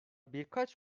birkaç